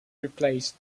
replaced